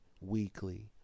weekly